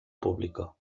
público